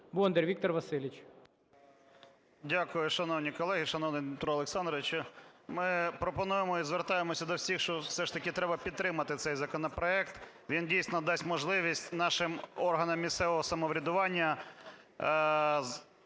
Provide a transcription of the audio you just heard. Бондар Віктор Васильович.